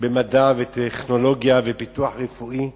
במדע ובטכנולוגיה ובפיתוח רפואי,